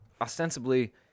ostensibly